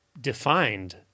defined